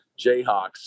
Jayhawks